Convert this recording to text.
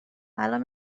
الان